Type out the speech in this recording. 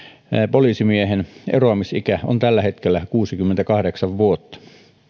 poliisimiehen eroamisikä on tällä hetkellä kuusikymmentäkahdeksan vuotta